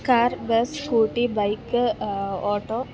car bus scooty bike auto